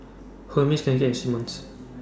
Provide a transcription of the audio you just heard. Hermes Cakenis and Simmons